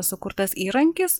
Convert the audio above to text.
sukurtas įrankis